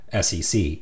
SEC